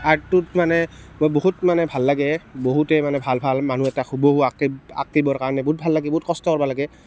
আৰ্টটোত মানে মই বহুত মানে ভাল লাগে বহুতে মানে ভাল ভাল মানুহ এটা হুবহু আঁকিবৰ কাৰণে বহুত ভাল লাগে বহুত কষ্ট কৰিব লাগে